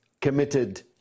committed